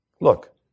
look